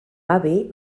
avi